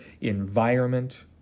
environment